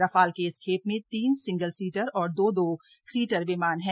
Rafale के इस खेप में तीन सिंगल सीटर और दो दो सीटर विमान हैं